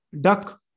duck